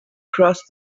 crossed